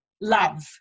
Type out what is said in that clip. love